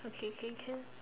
okay okay can